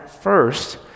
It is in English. first